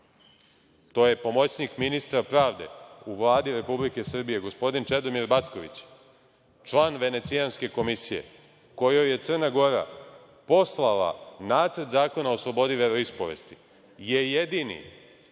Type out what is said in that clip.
to je pomoćnik ministra pravde u Vladi Republike Srbije, gospodin Čedomir Backović, član Venecijanske komisije, kojoj je Crna Gora poslala Nacrt zakona o slobodi veroispovesti, je jedini,